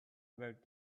about